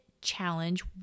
challenge